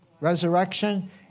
resurrection